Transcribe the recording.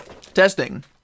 Testing